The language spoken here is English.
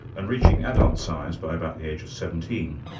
and reaching adult size by about the age of seventeen.